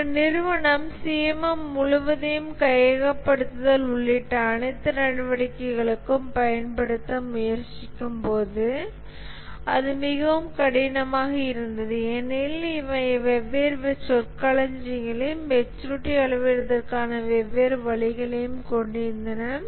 ஒரு நிறுவனம் CMM முழுவதையும் கையகப்படுத்தல் உள்ளிட்ட அனைத்து நடவடிக்கைகளுக்கும் பயன்படுத்த முயற்சிக்கும்போது அது மிகவும் கடினமாக இருந்தது ஏனெனில் இவை வெவ்வேறு சொற்களஞ்சியங்களையும் மெச்சூரிட்டியை அளவிடுவதற்கான வெவ்வேறு வழிகளையும் கொண்டிருந்தன